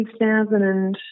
2006